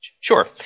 Sure